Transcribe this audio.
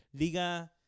Liga